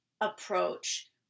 approach